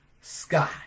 sky